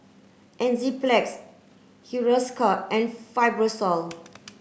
Enzyplex Hiruscar and Fibrosol